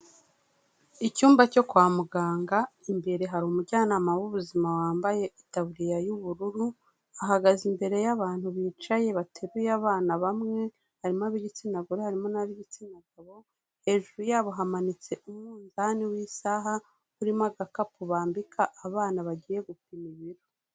Icyumba cyo kwa muganga, imbere hari umujyanama w'ubuzima wambaye itaburiya y'ubururu, ahagaze imbere y'abantu bicaye bateruye abana bamwe, harimo ab'igitsina gore harimo n'ab'igitsina gabo, hejuru yabo hamanitse umunzani w'isaha urimo agakapu bambika abana bagiye gupima ibiro.